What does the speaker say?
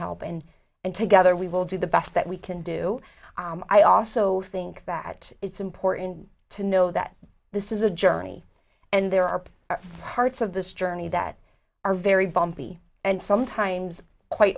help and and together we will do the best that we can do i also think that it's important to know that this is a journey and there are parts of this journey that are very bumpy and sometimes quite